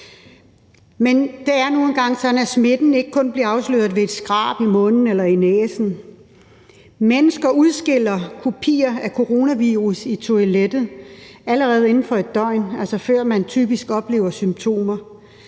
Men det er nu engang sådan, at smitten ikke kun bliver afsløret ved et skrab i munden eller i næsen. Mennesker udskiller kopier af coronavirus i toilettet allerede inden for 1 døgn, altså før man typisk oplever symptomer,